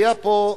היה פה,